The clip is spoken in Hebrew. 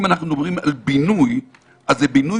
אם אנחנו מדברים על בינוי אז זה בינוי